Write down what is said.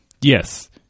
Yes